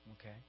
Okay